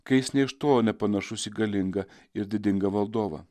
kai jis nė iš tolo nepanašus į galingą ir didingą valdovą